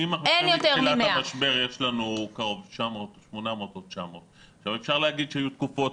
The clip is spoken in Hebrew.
מתחילת המשבר יש לנו 800 או 900. אפשר להגיד שהיו תקופות,